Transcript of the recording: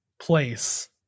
Place